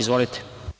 Izvolite.